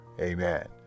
Amen